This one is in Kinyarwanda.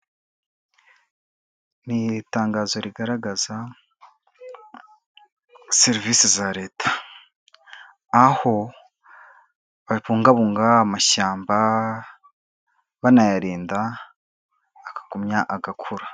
Ni itangazo rigaragaza serivisi za Leta, aho babungabunga amashyamba banayarinda akagumya agakura.